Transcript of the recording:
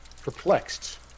perplexed